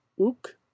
OOK